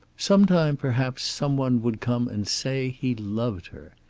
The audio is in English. sometime, perhaps, some one would come and say he loved her.